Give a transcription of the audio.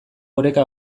oreka